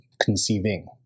conceiving